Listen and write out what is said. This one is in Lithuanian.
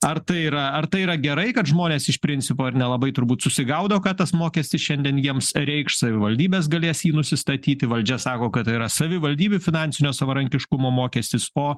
ar tai yra ar tai yra gerai kad žmonės iš principo ir nelabai turbūt susigaudo ką tas mokestis šiandien jiems reikš savivaldybės galės jį nusistatyti valdžia sako kad tai yra savivaldybių finansinio savarankiškumo mokestis o